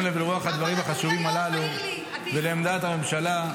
בשים לב לרוח הדברים החשובים הללו ולעמדת הממשלה,